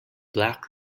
black